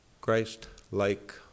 Christ-like